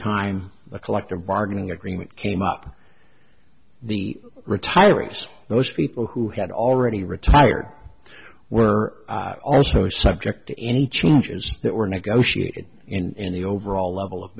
time a collective bargaining agreement came up the retirees those people who had already retired were also subject to any changes that were negotiated in the overall level of